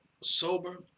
sober